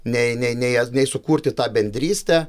nei nei nei jas nei sukurti tą bendrystę